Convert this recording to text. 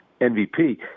MVP